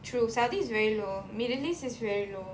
true saudi is very low middle east is very low